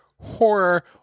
horror